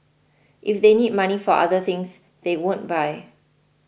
if they need money for other things they won't buy